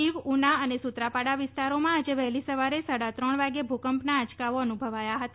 દીવ ઉના અને સુત્રાપાડા વિસ્તારોમાં આજે વહેલી સવારે સાડા ત્રણ વાગ્યે ભૂકંપના આંચકાઓ અનુભવાયા હતા